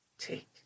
Take